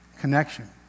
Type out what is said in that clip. connection